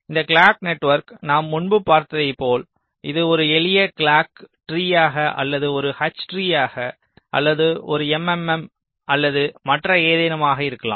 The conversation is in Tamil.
இந்த கிளாக் நெட்வொர்க் நாம் முன்பு பார்த்ததை போல் இது ஒரு எளிய கிளாக் ட்ரீயாக அல்லது ஒரு h ட்ரீயாக அல்லது ஒரு MMM அல்லது மற்ற ஏதெனமாக இருக்கலாம்